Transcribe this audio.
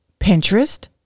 Pinterest